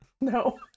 No